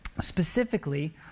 specifically